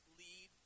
lead